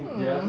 hmm